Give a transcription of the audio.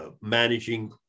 managing